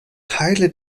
teile